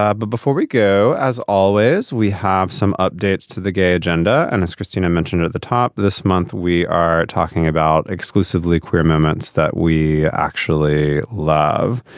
ah but before we go, as always, we have some updates to the gay agenda. and as christine, i mentioned at the top this month, we are talking about exclusively queer moments that we actually love.